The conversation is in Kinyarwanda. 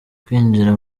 kwinjira